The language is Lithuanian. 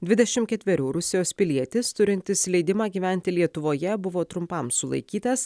dvidešimt ketverių rusijos pilietis turintis leidimą gyventi lietuvoje buvo trumpam sulaikytas